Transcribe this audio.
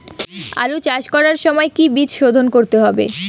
আলু চাষ করার সময় কি বীজ শোধন করতে হবে?